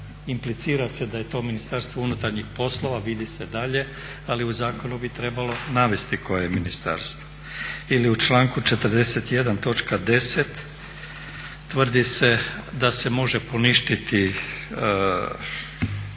Implicira se da je to Ministarstvo unutarnjih poslova, vidi se dalje ali u zakonu bi trebalo navesti koje ministarstvo. Ili u članku 41. točka 10. tvrdi da se može poništiti